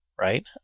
Right